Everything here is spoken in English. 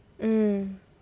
mm